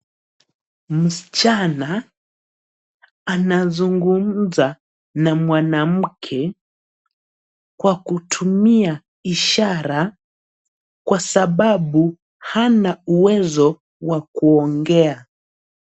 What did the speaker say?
Msichana anazungumza na mwanamke kwa kutumia ishara kwa sababu hana uwezo wa kuongea.